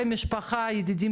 אל תנסי להסית אותי.